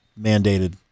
mandated